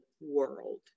world